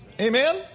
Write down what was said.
Amen